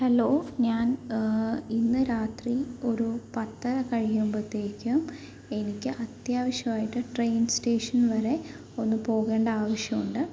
hello ഞാൻ ഇന്ന് രാത്രി ഒരു പത്തര കഴിയുമ്പോഴത്തേക്കും എനിക്ക് അത്യാവശ്യമായിട്ട് ട്രെയിൻ സ്റ്റേഷൻ വരെ ഒന്ന് പോകേണ്ട ആവശ്യമുണ്ട്